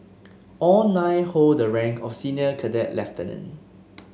all nine hold the rank of senior cadet lieutenant